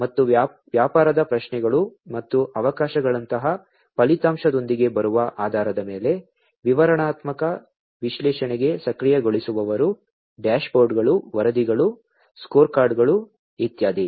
ಮತ್ತು ವ್ಯಾಪಾರದ ಪ್ರಶ್ನೆಗಳು ಮತ್ತು ಅವಕಾಶಗಳಂತಹ ಫಲಿತಾಂಶದೊಂದಿಗೆ ಬರುವ ಆಧಾರದ ಮೇಲೆ ವಿವರಣಾತ್ಮಕ ವಿಶ್ಲೇಷಣೆಗೆ ಸಕ್ರಿಯಗೊಳಿಸುವವರು ಡ್ಯಾಶ್ಬೋರ್ಡ್ಗಳು ವರದಿಗಳು ಸ್ಕೋರ್ಕಾರ್ಡ್ಗಳು ಇತ್ಯಾದಿ